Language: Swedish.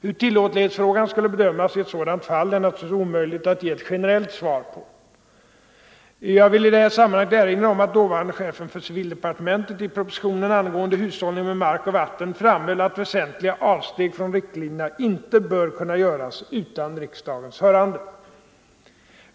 Hur tillåtlighetsfrågan skulle bedömas i sådant fall är naturligtvis omöjligt att ge ett generellt svar på. Jag vill i det här sammanhanget erinra om att dåvarande chefen för civildepartementet i propositionen angående hushållning med mark och vatten framhöll att väsentliga avsteg från riktlinjerna inte bör kunna göras utan riksdagens hörande.